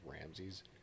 Ramses